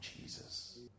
Jesus